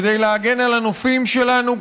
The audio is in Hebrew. כדי להגן על הנופים שלנו,